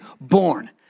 born